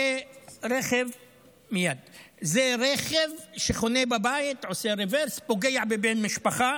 זה רכב שחונה בבית, עושה רוורס, פוגע בבן משפחה,